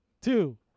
two